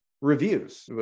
reviews